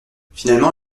finalement